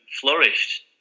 flourished